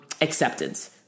acceptance